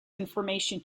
information